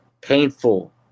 painful